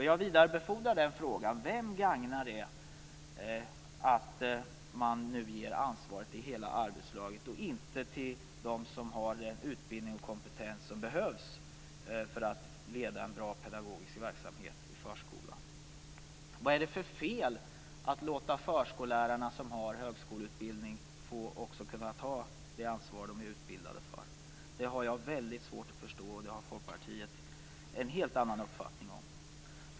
Jag vidarebefordrar den frågan: Vem gagnar det att man nu ger ansvaret till hela arbetslaget och inte till dem som har den utbildning och kompetens som behövs för att leda en bra pedagogisk verksamhet i förskolan? Vad är det för fel med att låta förskollärarna som har högskoleutbildning också få ta det ansvar som de är utbildade för? Det har jag väldigt svårt att förstå, och detta har Folkpartiet en helt annan uppfattning om.